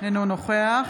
אינו נוכח